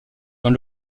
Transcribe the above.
dans